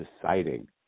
deciding